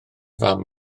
fam